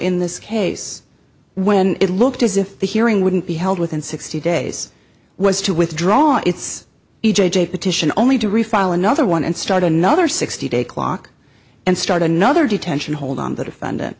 in this case when it looked as if the hearing wouldn't be held within sixty days was to withdraw its e j petition only to refile another one and start another sixty day clock and start another detention hold on t